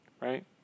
right